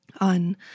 on